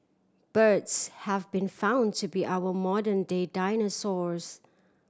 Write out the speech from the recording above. birds have been found to be our modern day dinosaurs